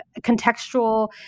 contextual